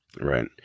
Right